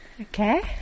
Okay